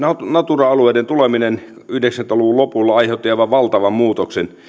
natura alueiden tuleminen yhdeksänkymmentä luvun lopulla aiheutti aivan valtavan muutoksen